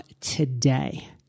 today